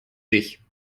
sich